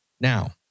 Now